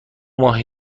ماه